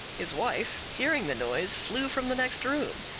his wife, hearing the noise, flew from the next room.